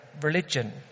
religion